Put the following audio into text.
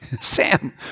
Sam